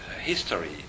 history